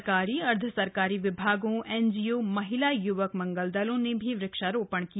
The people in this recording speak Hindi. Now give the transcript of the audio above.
सरकारीए अर्द्ध सरकारी विभागों एनजीओए महिला युवक मंगल दलों ने भी वृक्षारोपण किया